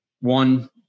one